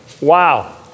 wow